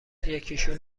یکیشون